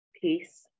peace